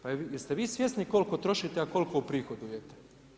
Pa jeste li vi svjesni koliko trošite a koliko uprihodujete?